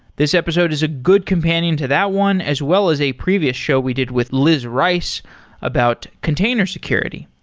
this episode is a good companion to that one, as well as a previous show we did with liz rice about container security.